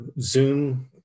Zoom